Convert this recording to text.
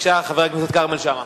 חבר הכנסת כרמל שאמה,